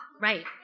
right